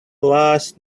last